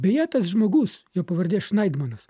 beje tas žmogus jo pavardė šnaidmanas